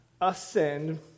ascend